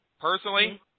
personally